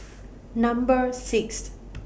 Number six